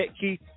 Keith